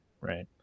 right